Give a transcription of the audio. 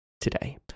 today